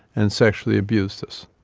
and sexually abused us.